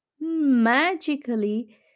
magically